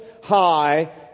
high